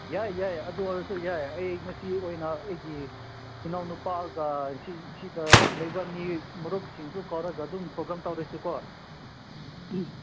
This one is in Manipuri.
ꯌꯥꯏ ꯌꯥꯏ ꯑꯗꯨꯑꯣꯏꯔꯁꯨ ꯌꯥꯏ ꯑꯩ ꯉꯁꯤ ꯑꯣꯏꯅ ꯑꯩꯒꯤ ꯏꯅꯥꯎꯅꯨꯄꯥꯒ ꯁꯤ ꯁꯤꯗ ꯂꯩꯕ ꯃꯤ ꯃꯔꯨꯞꯁꯤꯡꯁꯨ ꯀꯧꯔꯒ ꯑꯗꯨꯝ ꯄ꯭ꯔꯣꯒ꯭ꯔꯥꯝ ꯇꯧꯔꯁꯤꯀꯣ ꯎꯝ